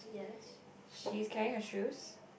she's carrying her shoes